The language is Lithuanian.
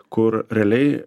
kur realiai